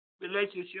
relationship